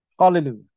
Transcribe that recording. hallelujah